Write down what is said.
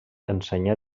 ensenyà